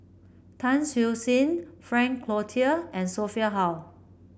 Tan Siew Sin Frank Cloutier and Sophia Hull